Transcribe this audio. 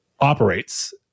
operates